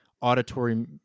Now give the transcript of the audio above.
auditory